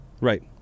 Right